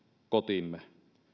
kotiimme